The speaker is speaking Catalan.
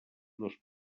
dos